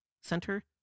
center